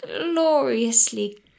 gloriously